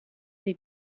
dei